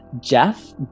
Jeff